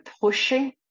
pushing